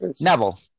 Neville